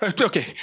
Okay